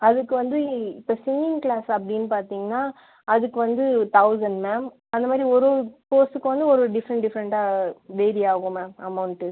அதுக்கு வந்து இப்போ சிங்கிங் க்ளாஸ் அப்படினு பார்த்திங்கனா அதுக்கு வந்து தௌசண்ட் மேம் அந்தமாதிரி ஒரு ஒரு ஸ்போர்ட்ஸுக்கு வந்து ஒரு ஒரு டிஃப்ரண்ட் டிஃப்ரண்ட்டாக வேரி ஆகும் மேம் அமௌண்ட்டு